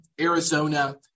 Arizona